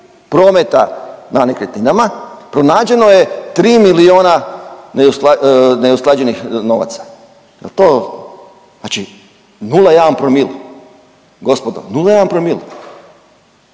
prometa na nekretninama pronađeno je 3 miliona neusklađenih novaca. Jel to, znači 0,1 promil gospodo 0,1 promil.